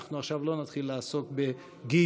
אנחנו עכשיו לא נתחיל לעסוק בגיוסים.